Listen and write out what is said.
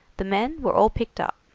the men were all picked up.